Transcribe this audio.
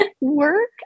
work